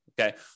Okay